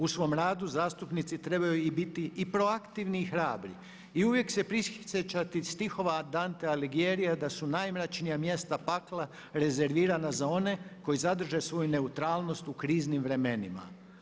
U svom radu zastupnici trebaju biti i proaktivni i hrabri i uvijek se prisjećati stihova Dantea Alighieria da su „najmračnija mjesta pakla rezervirana za one koji zadrže svoju neutralnost u kriznim vremenima“